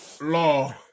Law